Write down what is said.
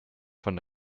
von